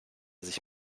sich